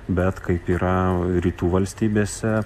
bet kaip yra rytų valstybėse